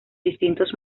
distintos